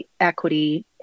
equity